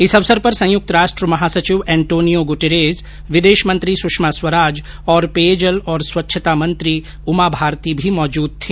इस अवसर पर संयुक्त राष्ट्र महासचिव एंटोनियों गुटेरेज विदेश मंत्री सुषमा स्वराज और पेयजल और स्वच्छता मंत्री उमा भारती भी मौजूद थी